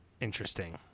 interesting